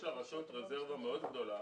יש לרשות רזרבה מאוד גדולה